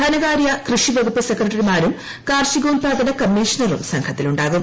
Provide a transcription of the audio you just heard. ധനകാര്യ കൃഷിവകുപ്പ് സെക്രട്ടറിമാരും കാർഷികോൽപാദന കമ്മീഷണറും സംഘത്തിലുണ്ടാവും